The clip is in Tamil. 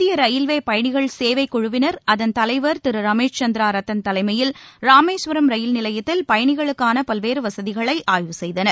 இந்திய ரயில்வே பயணிகள் சேவைக் குழுவினர் அதன் தலைவர் திரு ரமேஷ் சந்திரா ரத்தன் தலைமையில் ராமேஸ்வரம் ரயில் நிலையத்தில் பயனிகளுக்கான பல்வேறு வசதிகளை ஆய்வு செய்தனர்